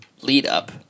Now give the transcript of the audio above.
lead-up